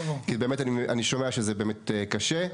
כי באמת אני שומע שזה באמת קשה.